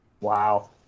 Wow